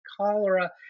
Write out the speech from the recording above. cholera